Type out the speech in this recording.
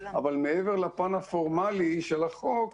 אבל מעבר לפן הפורמלי של החוק,